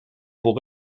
pour